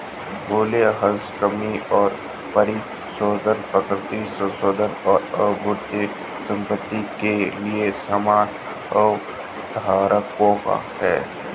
मूल्यह्रास कमी और परिशोधन प्राकृतिक संसाधनों और अमूर्त संपत्ति के लिए समान अवधारणाएं हैं